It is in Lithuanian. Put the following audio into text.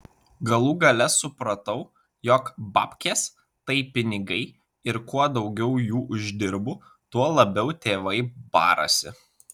galų gale supratau jog babkės tai pinigai ir kuo daugiau jų uždirbu tuo labiau tėvai barasi